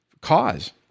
cause